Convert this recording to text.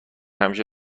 همیشه